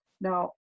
Now